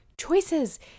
choices